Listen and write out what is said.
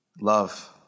Love